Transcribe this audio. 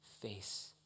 face